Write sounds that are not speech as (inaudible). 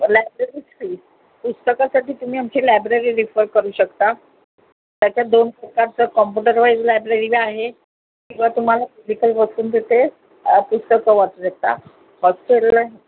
library fees पुस्तकासाठी तुम्ही आमची लायब्ररी रिफर करू शकता त्याच्यात दोन प्रकारचं कॉम्पुटरवाईज लायब्ररी आहे किंवा तुम्हाला फिजिकल (unintelligible) पण देते आ पुस्तकं वाचू शकता हॉस्टेल (unintelligible)